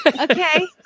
Okay